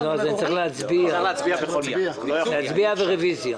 --- צריך להצביע על זה ואז לבקש רביזיה.